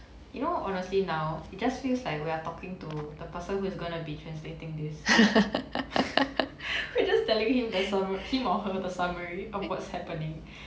you know honestly now it just feels like we're talking to the person who's gonna be translating this we're just telling him the sum~ him or her the summary of what's happening